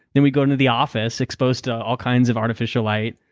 then we go into the office exposed to all kinds of artificial light.